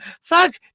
fuck